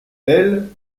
elles